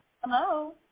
Hello